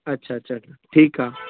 अच्छा अच्छा ठीकु आहे ठीकु आहे